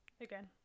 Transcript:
again